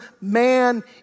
man